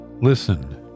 listen